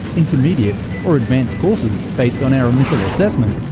intermediate or advanced courses based on our initial assessment.